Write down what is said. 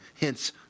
Hence